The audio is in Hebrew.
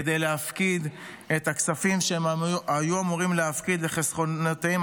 כדי להפקיד את הכספים שהם היו אמורים להפקיד לחסכונותיהם